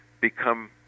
become